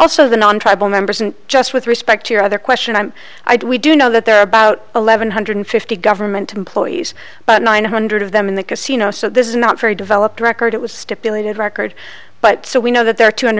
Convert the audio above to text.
also the non tribal members and just with respect to your other question i'm i do we do know that there are about eleven hundred fifty government employees but nine hundred of them in the casino so this is not very developed record it was stipulated record but so we know that there are two hundred